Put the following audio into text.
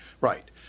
right